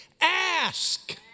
Ask